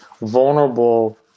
vulnerable